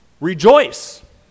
rejoice